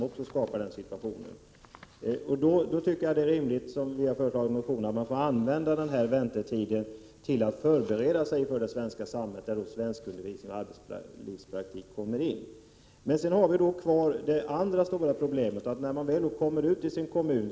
Under sådana förhållanden tycker jag att det är rimligt, som vi har skrivit i vår motion, att man får använda väntetiden till att förbereda sig för det svenska samhället, bl.a. med hjälp av svenskundervisning och arbetslivspraktik. Ett annat stort problem uppstår när flyktingen kommer ut till sin kommun.